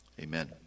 Amen